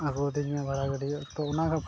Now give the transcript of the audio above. ᱟᱵᱚᱫᱤᱧ ᱢᱮ ᱵᱟᱲᱟᱭ ᱜᱟᱹᱰᱭᱟᱹ ᱛᱚ ᱚᱱᱟ